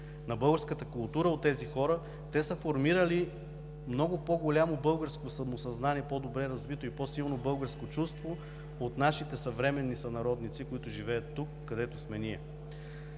на българската култура у тези хора, те са формирали много по-голямо българско самосъзнание – по-добре развито, и по-силно българско чувство от нашите съвременни сънародници, които живеят тук, където сме ние.